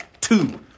Two